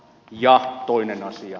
ja toinen asia